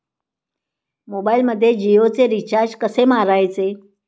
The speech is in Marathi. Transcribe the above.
मोबाइलमध्ये जियोचे रिचार्ज कसे मारायचे?